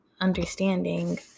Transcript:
understanding